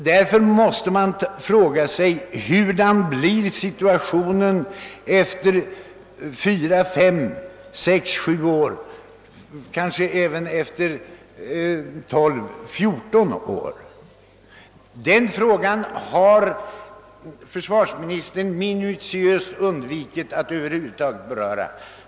Därför måste man fråga sig hur situationen blir efter fyra, fem, sex eller sju år, kanske även efter tolv eller fjorton år. Den frågan har försvarsministern minutiöst undvikit att över huvud taget beröra.